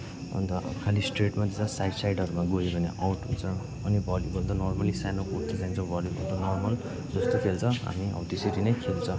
अन्त खालि स्ट्रेटमा जस्ट साइड साइडहरूमा गयो भने आउट हुन्छ अनि भलिबल त नर्मली सानो कोर्ट चाहिँ चाहिन्छ भलिभल त नर्मल जस्तो खेल्छ अनि हो त्यसरी नै खेल्छ